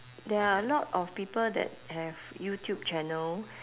there are a lot of people that have youtube channel